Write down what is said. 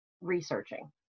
researching